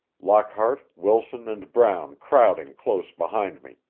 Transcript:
lockhart, wilson and brown crowding close behind me.